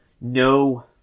no